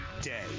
day